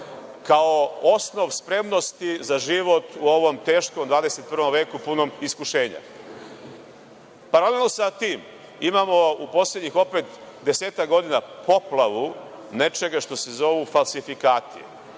kao osnov spremnosti za život u ovom teškom 21. veku punom iskušenja. Paralelno sa tim imamo u poslednjih opet desetak godina poplavu nečega što se zovu falsifikati,